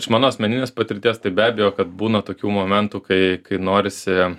iš mano asmeninės patirties tai be abejo kad būna tokių momentų kai kai norisi